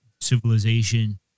civilization